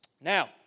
Now